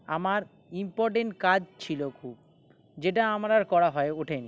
আমার ইম্পর্টেন্ট কাজ ছিলো খুব যেটা আমার আর করা হয় ওঠে নি